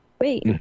Wait